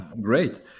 Great